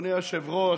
אדוני היושב-ראש,